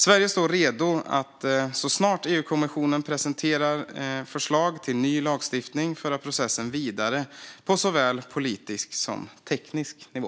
Sverige står redo att så snart EU-kommissionen presenterar förslag till ny lagstiftning föra processen vidare på såväl politisk som teknisk nivå.